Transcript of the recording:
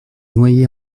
noyé